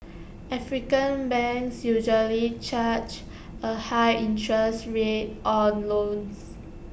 African banks usually charge A high interest rate on loans